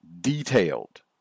detailed